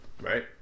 Right